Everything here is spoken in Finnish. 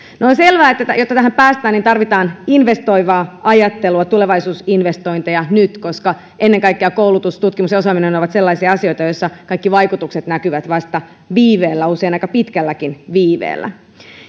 on selvää että jotta tähän päästään tarvitaan investoivaa ajattelua tulevaisuusinvestointeja nyt koska ennen kaikkea koulutus tutkimus ja osaaminen ovat sellaisia asioita joissa kaikki vaikutukset näkyvät vasta viiveellä usein aika pitkälläkin viiveellä